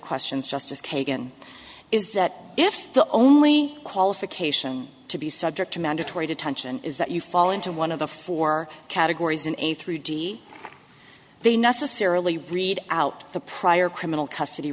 questions justice kagan is that if the only qualification to be subject to mandatory detention is that you fall into one of the four categories in a three d they necessarily read out the prior criminal custody